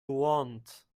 want